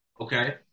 Okay